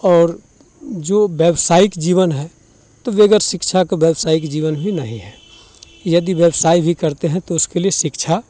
और जो व्यावसायिक जीवन है तो वगैर शिक्षा के व्यवसायिक जीवन ही नहीं है यदि व्यावसाय भी करते हैं तो उसके लिए शिक्षा